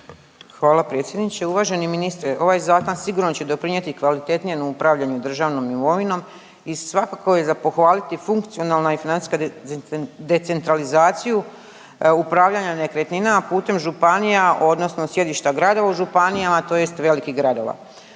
Hvala predsjedniče. Uvaženi ministre. Ovaj zakon sigurno će doprinijeti kvalitetnijem upravljanju državnom imovinom i svakako je za pohvaliti funkcionalna i financijska decentralizaciju upravljanja nekretninama putem županija odnosno sjedišta gradova u županijama tj. velikih gradova.